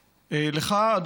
לך,